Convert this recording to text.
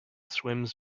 swims